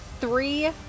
three